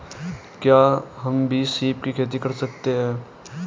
क्या हम भी सीप की खेती कर सकते हैं?